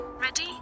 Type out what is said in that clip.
Ready